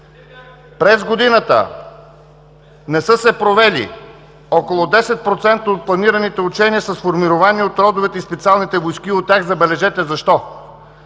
През годината не са се провели около 10% от планираните учения с формирования от родовите и специалните войнски от тях. Забележете, защо?